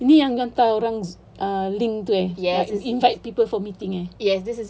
ini yang hantar orang ah link tu eh invite people for meeting eh